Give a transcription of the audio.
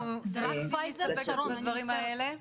אנחנו נאלצים להסתפק בדברים האלה.